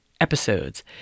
episodes